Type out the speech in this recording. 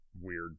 weird